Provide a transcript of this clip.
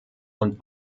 und